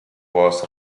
was